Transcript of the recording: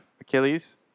achilles